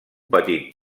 petit